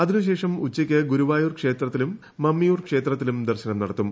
അതിനുശേഷം ഉച്ചയ്ക്ക് ഗുരുവായൂർ ക്ഷേത്രത്തിലും മമ്മിയൂർ ക്ഷേത്രത്തിലും ദർശനം നടത്തും